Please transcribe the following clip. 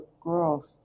girls